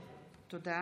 תודה.